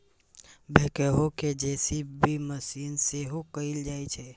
backhoe कें JCB machine सेहो कहल जाइ छै